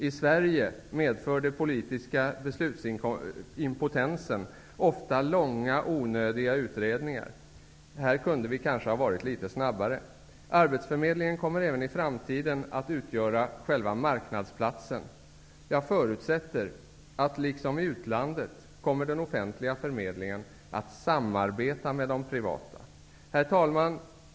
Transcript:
I Sverige medför den politiska beslutsimpotensen ofta långa och onödiga utredningar. Här kunde vi ha varit litet snabbare. Arbetsförmedlingen kommer även i framtiden att utgöra själva marknadsplatsen. Jag förutsätter att den offentliga förmedlingen här liksom i utlandet kommer att samarbeta med de privata. Herr talman!